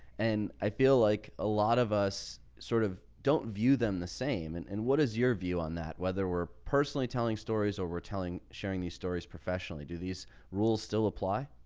and i feel like a lot of us sort of don't view them the same. and and what is your view on that, whether we're personally telling stories over telling, sharing these stories professionally, do these rules still apply.